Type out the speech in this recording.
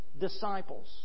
disciples